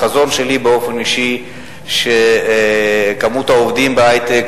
החזון שלי באופן אישי הוא ששיעור העובדים בהיי-טק